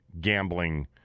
gambling